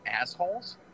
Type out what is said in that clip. assholes